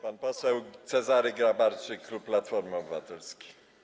Pan poseł Cezary Grabarczyk, klub Platformy Obywatelskiej.